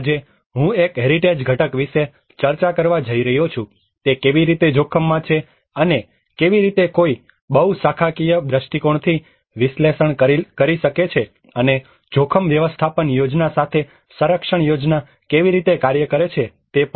આજે હું એક હેરિટેજ ઘટક વિશે ચર્ચા કરવા જઇ રહ્યો છું તે કેવી રીતે જોખમમાં છે અને કેવી રીતે કોઈ બહુ શાખાકીય દ્રષ્ટિકોણથી વિશ્લેષણ કરી શકે છે અને જોખમ વ્યવસ્થાપન યોજના સાથે સંરક્ષણ યોજના કેવી રીતે કાર્ય કરે છે તે પણ